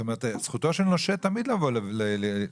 זכותו של נושה תמיד לבוא לרשם.